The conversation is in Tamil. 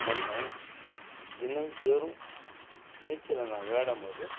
நம்ம தினந்தோறும் நீச்சலை நான் விளையாடும் போது